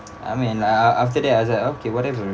I mean uh uh after that I was like okay whatever